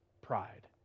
pride